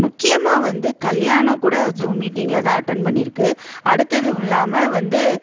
முக்கியமாக வந்து கல்யாணம் கூட ஸூம் மீட்டிங்ல தான் அட்டன் பண்ணியிருக்கு அடுத்ததும் இல்லாமல் வந்து